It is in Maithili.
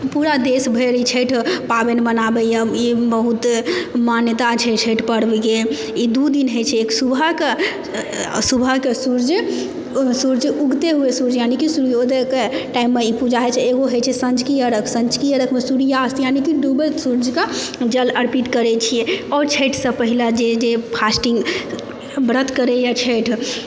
पूरा देश भरि ई छठि पाबनि मनाबैया ई बहुत मान्यता छै छठि पर्वके ई दू दिन होइ छै एक सुबह कऽ सुबहके सूर्ज सूर्ज उगते हुए सूर्ज यानी कि सूर्योदयके टाइममे ई पूजा होइ छै एगो होइ छै सँझुका अर्घ्य सँझुका अर्घ्यमे सूर्यास्त यानी कि डूबैत सूर्जके जल अर्पित करै छियै आओर छठिसँ पहिले जे जे फास्टिंग व्रत करैया छठि